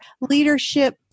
leadership